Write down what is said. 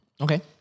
Okay